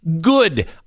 Good